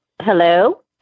hello